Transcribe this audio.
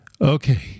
Okay